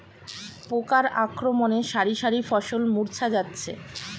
পোকার আক্রমণে শারি শারি ফসল মূর্ছা যাচ্ছে